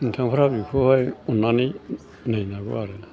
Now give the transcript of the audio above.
नोंथांफ्रा बेखौहाय अन्नानै नै माबा आरो ना